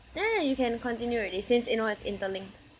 ya ya you can continue already since you know it's interlinked